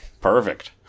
Perfect